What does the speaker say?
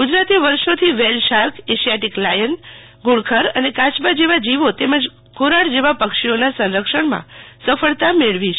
ગુજરાતે વર્ષોથી whale shark Asiatic lion ધૂડખર અને કાયબા જેવા જીવો તેમજ ધોરાડ જેવા પક્ષીઓના સંરક્ષણમાં સફળતા મેળવી છે